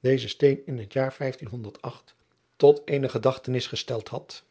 dezen steen in het jaar tot eene gedachtenis gesteld had